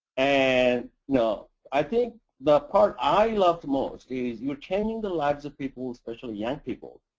and, no, i think the part i love most is we're changing the lives of people, especially young people.